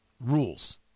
rules